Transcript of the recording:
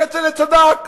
כצל'ה צדק.